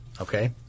okay